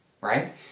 right